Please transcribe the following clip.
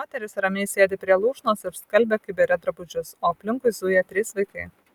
moteris ramiai sėdi prie lūšnos ir skalbia kibire drabužius o aplinkui zuja trys vaikai